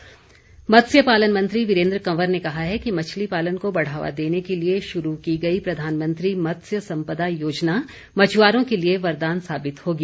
वीरेन्द्र कंवर मत्स्य पालन मंत्री वीरेन्द्र कंवर ने कहा है कि मछली पालन को बढ़ावा देने के लिए शुरू की गई प्रधानमंत्री मत्स्य संपदा योजना मछुआरों के लिए वरदान साबित होगी